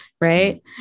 right